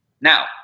Now